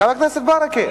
חבר הכנסת ברכה,